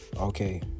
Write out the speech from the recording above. okay